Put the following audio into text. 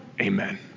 Amen